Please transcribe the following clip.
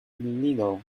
illegal